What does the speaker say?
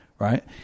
Right